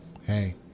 hey